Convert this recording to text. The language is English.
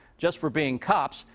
just for being cops,